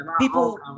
People